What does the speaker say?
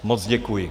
Moc děkuji.